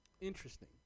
interesting